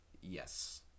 Yes